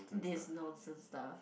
this nonsense stuff